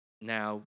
now